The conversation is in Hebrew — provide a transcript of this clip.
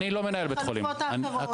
את החלופות האחרות --- אני לא מנהל בית חולים,